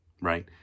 right